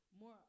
More